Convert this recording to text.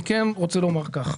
אני כן רוצה לומר כך,